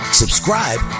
subscribe